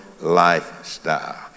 lifestyle